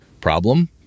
Problem